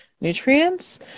nutrients